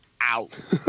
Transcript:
out